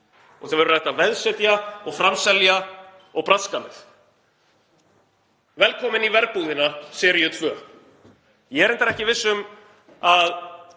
og sem verður hægt að veðsetja og framselja og braska með. Velkomin í Verbúðina, seríu 2. Ég er reyndar ekki viss um að